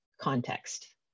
context